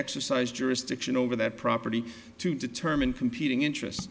exercise jurisdiction over that property to determine competing interest